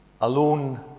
alone